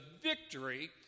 victory